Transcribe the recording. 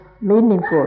meaningful